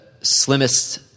slimmest